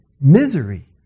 misery